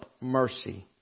Mercy